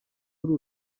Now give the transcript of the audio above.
uru